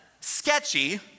sketchy